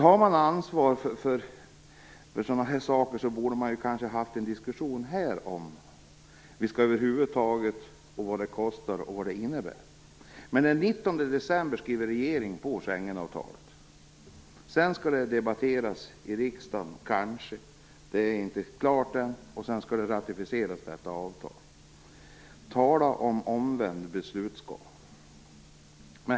Tar man ansvar för sådana här saker borde man ha haft en diskussion här i riksdagen om ifall vi över huvud taget skall gå med, vad det kostar och vad det innebär. Men den 19 december skriver regeringen på Schengenavtalet. Sedan skall detta avtal kanske - det är inte klart än - debatteras i riksdagen, och sedan skall det ratificeras. Tala om omvänd beslutsgång!